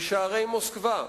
בשערי מוסקבה,